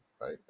right